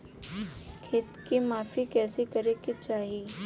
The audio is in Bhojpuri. खेत के माफ़ी कईसे करें के चाही?